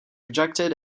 rejected